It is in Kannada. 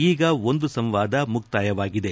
ಈಗ ಒಂದು ಸಂವಾದ ಮುಕ್ತಾಯವಾಗಿದೆ